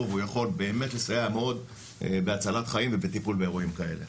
והוא יכול לסייע מאוד בהצלת חיים ובטיפול באירועים כאלה.